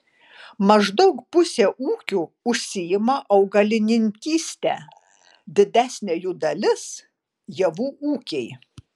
maždaug pusė ūkių užsiima augalininkyste didesnė jų dalis javų ūkiai